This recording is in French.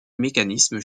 mécanismes